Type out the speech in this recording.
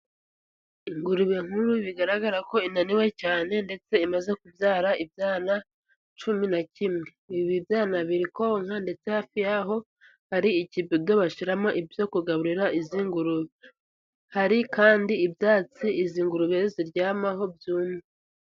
Ingurube nkuru bigaragara ko inaniwe cyane ndetse imaze kubyara ibyana cumi na kimwe, ibi byana biri konka, ndetse hafi y'aho hari ikibido bashiramo ibyo kugaburira izi ngurube, hari kandi ibyatsi izi ngurube ziryamaho byumye.